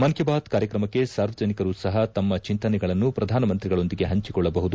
ಮನ್ ಕಿ ಬಾತ್ ಕಾರ್ಯಕ್ರಮಕ್ಕೆ ಸಾರ್ವನಿಕರು ಸಹ ತಮ್ಮ ಚಿಂತನೆಗಳನ್ನು ಪ್ರಧಾನಮಂತ್ರಿಗಳೊಂದಿಗೆ ಹಂಚಿಕೊಳ್ಳಬಹುದು